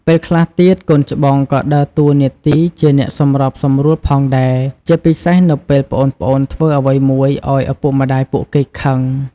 ពេលខ្លះទៀត កូនច្បងក៏ដើរតួនាទីជាអ្នកសម្របសម្រួលផងដែរ ជាពិសេសនៅពេលប្អូនៗធ្វើអ្វីមួយឱ្យឪពុកម្ដាយពួកគេខឹង។